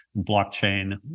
blockchain